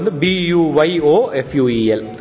b-u-y-o-f-u-e-l